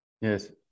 Yes